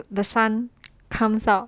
the sun comes out